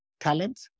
talent